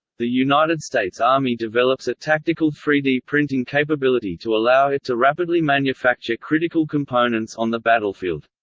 the united states army develops a tactical three d printing capability to allow it to rapidly manufacture critical components on the battlefield.